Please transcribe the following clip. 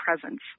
presence